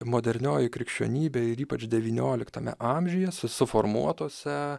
modernioji krikščionybė ir ypač devynioliktame amžiuje susiformuotose